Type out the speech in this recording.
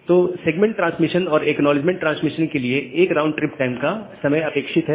तो segment transmission और acknowledgement transmission के लिए एक राउंड ट्रिप टाइम का समय अपेक्षित है